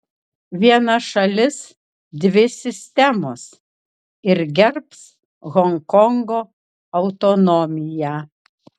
viena šalis dvi sistemos ir gerbs honkongo autonomiją